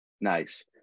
Nice